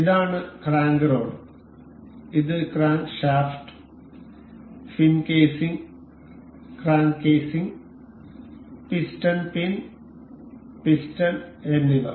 ഇതാണ് crank rod ഇത് crankshaft fin casing crank casing piston pin piston എന്നിവ